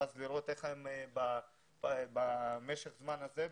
ואז לראות איך במשך הזמן הזה,